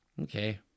Okay